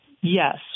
yes